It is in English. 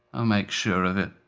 i'll make sure of it.